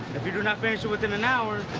if you do not finish it within an hour,